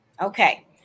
Okay